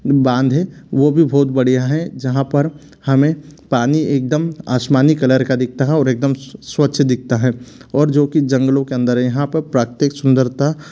बाँध हे वो भी बहुत बढ़िया है जहाँ पर हमें पानी एकदम आसमानी कलर का दिकता है और एकदम स्वच्छ दिकता है और जोकि जंगलों के अंदर है यहाँ पे प्राकृतिक सुंदरता